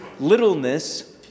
littleness